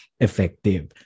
effective